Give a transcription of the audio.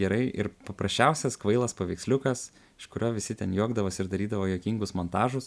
gerai ir paprasčiausias kvailas paveiksliukas iš kurio visi ten juokdavosi ir darydavo juokingus montažus